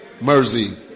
mercy